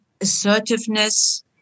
assertiveness